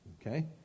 okay